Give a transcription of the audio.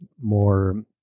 more